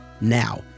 Now